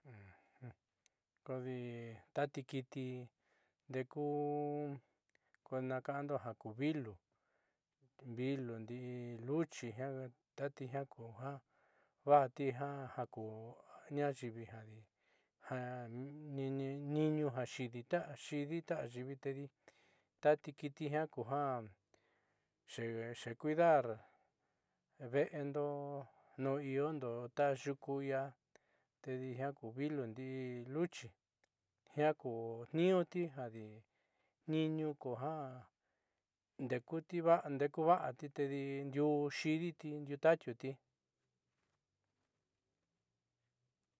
Kodi tati kiti ndeku ko na'aka'ando jaku vilú vilu ndii luchi jiaa kuja vdati jaku ñaayiivi jadi ja niiñuu ja xidi ta ayiivi tedi tati kiti jiaa kuja xeecuidar ve'endo nu iondo ta yuku ia tedi jiaa ku vilu ndi'i luchi jiaa ku tniinuti jadi niiñuu kuja ndekuti va'ati tedi ndiuu xiiditi ndiuutatiuti.